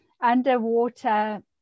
underwater